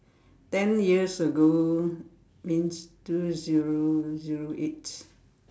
ten years ago means two zero zero eight